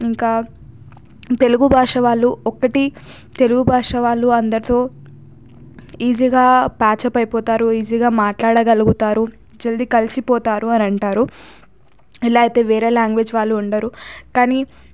ఇంకా తెలుగు భాష వాళ్ళు ఒక్కటి తెలుగు భాష వాళ్ళు అందరితో ఈజీగా ప్యాచ్అప్ అయిపోతారు ఈజీగా మాట్లాడగలుగుతారు జల్ది కలిసిపోతారు అని అంటారు ఇలా అయితే వేరే లాంగ్వేజ్ వాళ్ళు ఉండరు కానీ